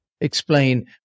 explain